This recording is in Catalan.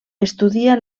estudia